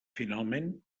finalment